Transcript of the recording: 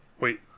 Wait